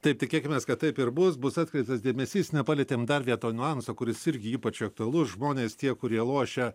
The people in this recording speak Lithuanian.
taip tikėkimės kad taip ir bus bus atkreiptas dėmesys kuris irgi ypač aktualus žmonės tie kurie lošia